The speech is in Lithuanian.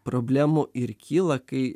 problemų ir kyla kai